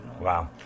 Wow